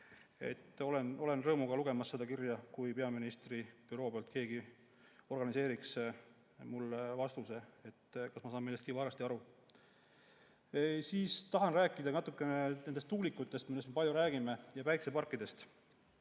Olen rõõmuga valmis lugema kirja, kui peaministri büroost keegi organiseeriks mulle vastuse, et kas ma sain millestki valesti aru. Tahan rääkida natuke nendest tuulikutest, millest me palju räägime, ja päikeseparkidest.